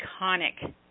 iconic